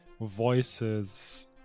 voices